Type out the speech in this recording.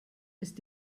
ist